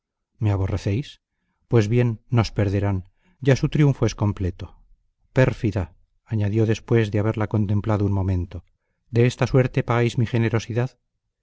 me aborrecéis pues bien nos perderán ya su triunfo es completo pérfida añadió después de haberla contemplado un momento de esta suerte pagáis mi generosidad